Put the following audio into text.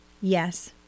Yes